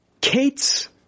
Kate's